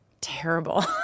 terrible